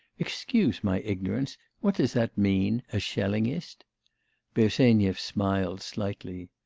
excuse my ignorance, what does that mean, a schellingist bersenyev smiled slightly.